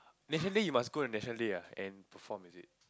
National Day you must go to National Day ah and perform is it